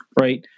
Right